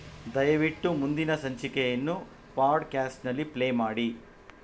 ದಯವಿಟ್ಟು ಮುಂದಿನ ಸಂಚಿಕೆಯನ್ನು ಪಾಡ್ಕ್ಯಾಸ್ಟ್ನಲ್ಲಿ ಪ್ಲೇ ಮಾಡಿ